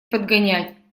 подгонять